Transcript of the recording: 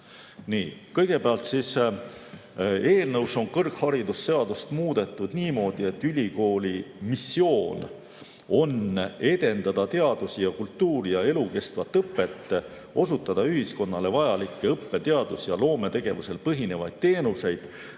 Kõigepealt, eelnõus on kõrgharidusseadust muudetud niimoodi, et ülikooli missioon on edendada teadust ja kultuuri ja elukestvat õpet, osutada ühiskonnale vajalikke õppe‑, teadus‑ ja loometegevusel põhinevaid teenuseid